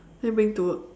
then bring to work